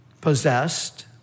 possessed